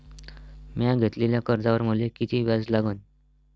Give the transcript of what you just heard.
म्या घेतलेल्या कर्जावर मले किती व्याज लागन?